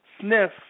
sniff